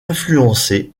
influencer